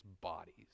bodies